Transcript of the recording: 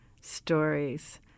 stories